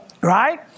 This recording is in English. right